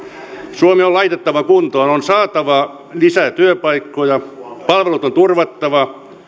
suomi on laitettava kuntoon on saatava lisää työpaikkoja palvelut on turvattava